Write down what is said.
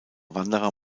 wanderer